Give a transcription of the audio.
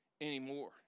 anymore